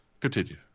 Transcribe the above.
Continue